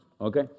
Okay